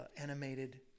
animated